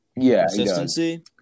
consistency